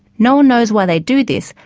no one knows why they do this,